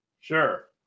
Sure